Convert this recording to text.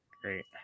Great